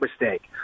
mistake